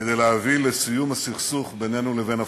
כדי להביא לסיום הסכסוך בינינו לבין הפלסטינים.